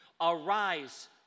Arise